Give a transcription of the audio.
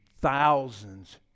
thousands